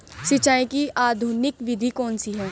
सिंचाई की आधुनिक विधि कौन सी है?